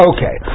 Okay